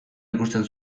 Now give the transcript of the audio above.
ikusten